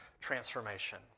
transformation